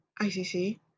ICC